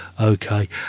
Okay